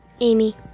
Amy